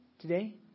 today